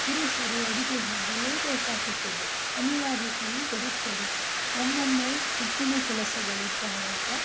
ಪುರುಷರು ಅಡಿಗೆ ಮಾಡಲೇಬೇಕಾಗುತ್ತದೆ ಅನಿವಾರ್ಯತೆಯೂ ಬರುತ್ತದೆ ಒಮ್ಮೊಮ್ಮೆ ಹೆಚ್ಚಿನ ಕೆಲಸಗಳು ಇದ್ದವಾಗ